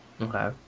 Okay